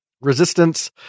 resistance